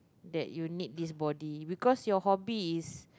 that you need this body because your hobby is